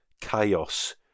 chaos